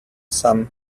sum